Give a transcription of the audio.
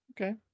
Okay